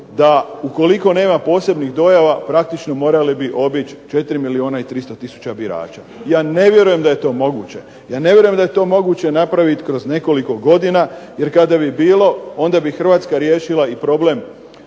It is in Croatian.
da ukoliko nema posebnih dojava praktično morali bi obići 4 milijuna i 300 tisuća birača. Ja ne vjerujem da je to moguće. Ja ne vjerujem da je to moguće napraviti kroz nekoliko godina jer kada bi bilo, onda bi Hrvatska riješila i problem